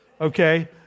Okay